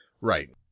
right